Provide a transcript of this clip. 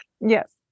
Yes